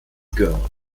girl